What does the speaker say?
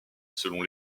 selon